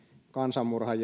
kansanmurhan